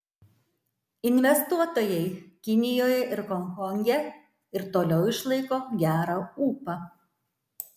investuotojai kinijoje ir honkonge ir toliau išlaiko gerą ūpą